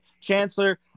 chancellor